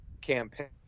campaign